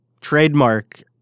trademark